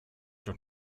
doch